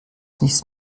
nichts